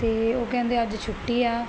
ਤੇ ਉਹ ਕਹਿੰਦੇ ਅੱਜ ਛੁੱਟੀ ਆ